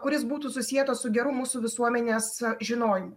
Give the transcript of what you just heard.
kuris būtų susietas su geru mūsų visuomenės žinojimu